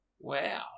Wow